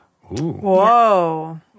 Whoa